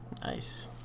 Nice